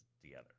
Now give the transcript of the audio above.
together